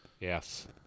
Yes